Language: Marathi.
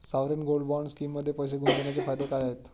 सॉवरेन गोल्ड बॉण्ड स्कीममध्ये पैसे गुंतवण्याचे फायदे काय आहेत?